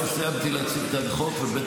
לא סיימתי להציג את החוק, וב.